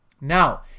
Now